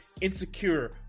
insecure